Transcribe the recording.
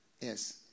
Yes